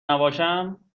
نباشم